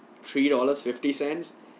three dollars fifty cents